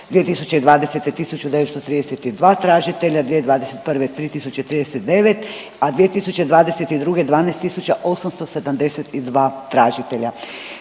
2020. 1.932 tražitelja, 2021. 3.339, a 2022. 12.872 tražitelja.